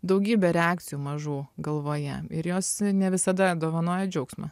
daugybė reakcijų mažų galvoje ir jos ne visada dovanoja džiaugsmą